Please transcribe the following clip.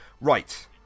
Right